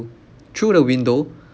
through the window